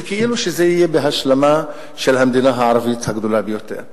וכאילו זה יהיה בהשלמה של המדינה הערבית הגדולה ביותר.